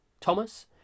Thomas